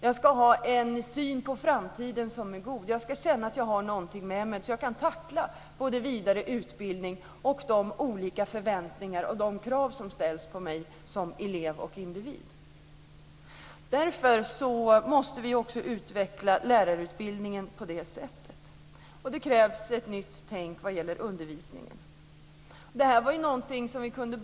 De ska ha en god syn på framtiden och känna att de har något med sig, så att de kan tackla vidare utbildning och olika förväntningar och krav. Därför måste vi utveckla lärarutbildningen på det sättet. Det krävs ett nytt tänk vad gäller undervisningen.